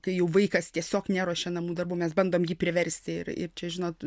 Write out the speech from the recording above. kai jau vaikas tiesiog neruošia namų darbų mes bandom jį priversti ir ir čia žinot